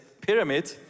pyramid